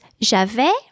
j'avais